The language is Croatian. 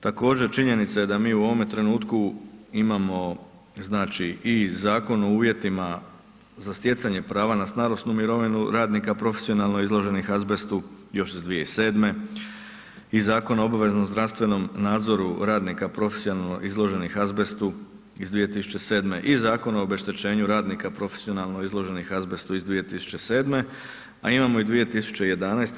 Također činjenica je da mi u ovome trenutku imamo znači i Zakon o uvjetima za stjecanje prava na starosnu mirovinu radnika profesionalno izloženih azbestu još iz 2007. i Zakon o obveznom zdravstvenom nadzoru radnika profesionalno izloženih azbestu iz 2007. i Zakona o obeštećenju radnika profesionalno izloženih azbestu iz 2007., a imamo i 2011.